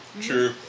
True